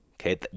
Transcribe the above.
Okay